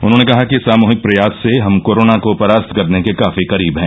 उन्होंने कहा कि सामूहिक प्रयास से हम कोरोना को परास्त करने के काफी करीब हैं